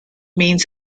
means